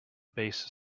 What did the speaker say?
base